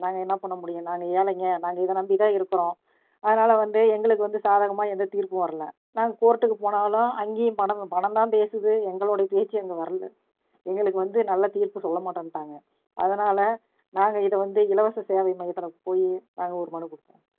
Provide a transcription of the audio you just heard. நாங்கள் என்ன பண்ணமுடியும் நாங்கள் ஏழைங்க நாங்கள் இதை நம்பித்தான் இருக்கிறோம் அதனால வந்து எங்களுக்கு வந்து சாதகமாக எந்த தீர்ப்பும் வரலை நாங்கள் கோர்ட்டுக்கு போனாலும் அங்கேயும் பணம் பணம் தான் பேசுது எங்களோடய பேச்சு அங்கே வரல எங்களுக்கு வந்து நல்ல தீர்ப்பு சொல்லமாட்டேன்ட்டாங்க அதனால் நாங்கள் இதை வந்து இலவசம் சேவை மையத்தில் போய் நாங்கள் ஒரு மனு கொடுத்தோம்